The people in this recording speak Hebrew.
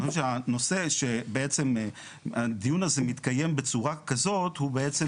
אני חושב שהנושא שבעצם הדיון הזה מתקיים בצורה כזאת הוא בעצם